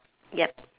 yup